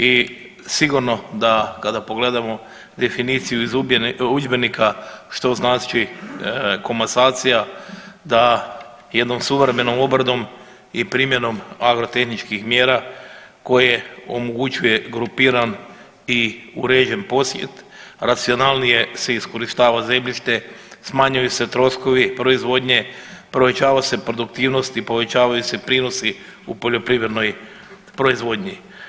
I sigurno da kada pogledamo definiciju iz udžbenika što znači komasacija da jednom suvremenom obradom i primjenom agro tehničkih mjera koje omogućuje grupiran i uređen posjed, racionalnije se iskorištava zemljište, smanjuju se troškovi proizvodnje, povećava se produktivnost i povećavaju se prinosi u poljoprivrednoj proizvodnji.